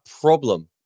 problem